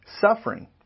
suffering